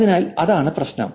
അതിനാൽ അതാണ് പ്രശ്നം